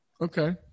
Okay